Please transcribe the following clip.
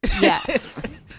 Yes